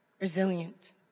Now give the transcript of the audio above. Resilient